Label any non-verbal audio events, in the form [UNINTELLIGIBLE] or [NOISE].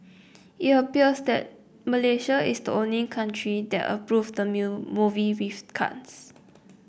it appears that Malaysia is the only country that approved the [UNINTELLIGIBLE] movie with cuts